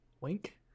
wink